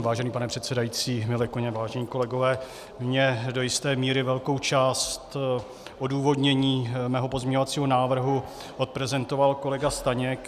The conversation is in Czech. Vážený pane předsedající, milé kolegyně, vážení kolegové, mně do jisté míry velkou část odůvodnění mého pozměňovacího návrhu odprezentoval kolega Staněk.